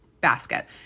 basket